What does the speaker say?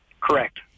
Correct